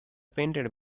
painted